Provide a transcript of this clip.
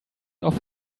off